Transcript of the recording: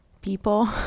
people